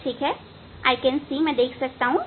ठीक है मैं देख सकता हूं